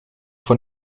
von